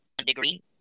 Degree